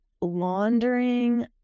laundering